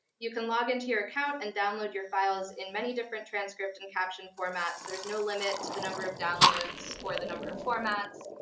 you can log in to your account and download your files in many different transcript and caption formats. there's no limit to the number of downloads or the number of formats,